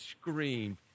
screamed